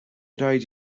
raid